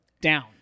down